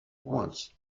once